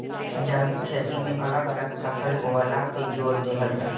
जैविक खेती में अलग अलग फसल बोअला पे जोर देहल जाला